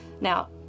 Now